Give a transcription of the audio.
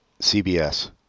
CBS